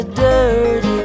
dirty